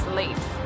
late